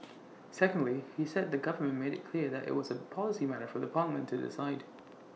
secondly he said the government made IT clear that IT was A policy matter for parliament to decide